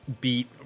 beat